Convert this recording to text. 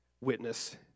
witness